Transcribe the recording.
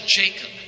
Jacob